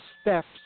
steps